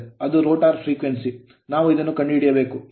ಅದು rotor frequency frequency ನಾವು ಇದನ್ನು ಕಂಡುಹಿಡಿಯಬೇಕು